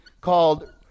called